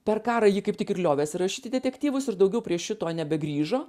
per karą ji kaip tik ir liovėsi rašyti detektyvus ir daugiau prie šito nebegrįžo